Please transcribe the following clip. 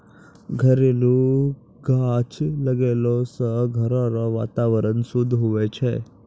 घरेलू गाछ लगैलो से घर रो वातावरण शुद्ध हुवै छै